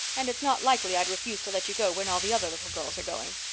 and it's not likely i'd refuse to let you go when all the other little girls are going.